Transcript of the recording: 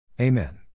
Amen